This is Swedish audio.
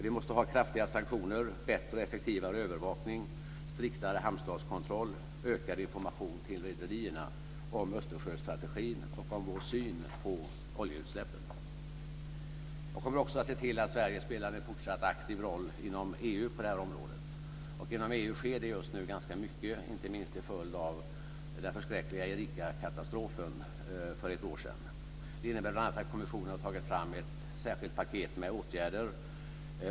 Vi måste ha kraftiga sanktioner, bättre och effektivare övervakning, striktare hamnstatskontroll och ökad information till rederierna om Östersjöstrategin och om vår syn på oljeutsläppen. Jag kommer också att se till att Sverige spelar en fortsatt aktiv roll inom EU på det här området, och inom EU sker det just nu ganska mycket, inte minst till följd av den förskräckliga Erika-katastrofen för ett år sedan. Det innebär bl.a. att kommissionen har tagit fram ett särskilt paket med åtgärder.